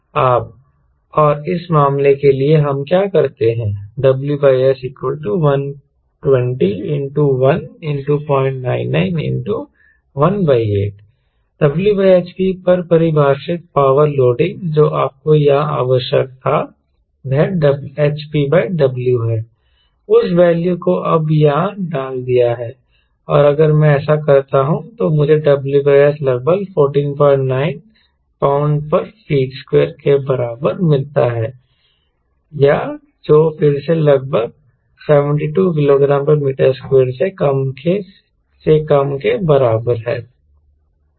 आप और इस मामले के लिए कि हम क्या करते हैं WS120109918 W hp पर परिभाषित पावर लोडिंग जो आपको यहाँ आवश्यक था वह hp W है उस वैल्यू को अब यहाँ डाल दिया है और अगर मैं ऐसा करता हूँ तो मुझे W S लगभग 149 lb ft2 के बराबर मिलता है या जो फिर से लगभग 72 kgm2 से कम के बराबर है